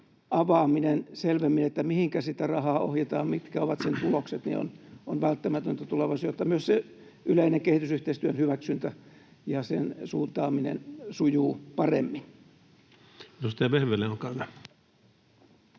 avaaminen selvemmin, että mihinkä sitä rahaa ohjataan ja mitkä ovat sen tulokset, on välttämätöntä tulevaisuudessa, jotta myös yleinen kehitysyhteistyön hyväksyntä ja sen suuntaaminen sujuu paremmin.